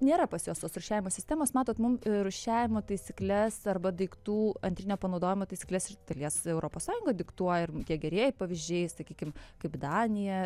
nėra pas juos tos rūšiavimo sistemos matot mum rūšiavimo taisykles arba daiktų antrinio panaudojimo taisykles iš dalies europos sąjunga diktuoja ir tie gerieji pavyzdžiai sakykim kaip danija